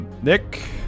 Nick